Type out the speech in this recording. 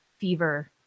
fever